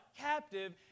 captive